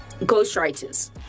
ghostwriters